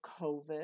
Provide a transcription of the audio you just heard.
COVID